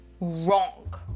wrong